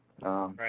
Right